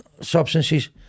substances